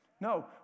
No